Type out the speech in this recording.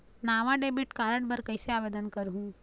नावा debit card बर कैसे आवेदन करहूं?